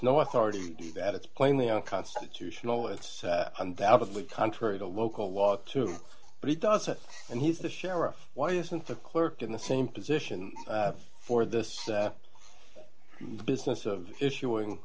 no authority that it's plainly unconstitutional it's undoubtedly contrary to local law too but he does it and he's the sheriff why isn't the clerk in the same position for this the business of issuing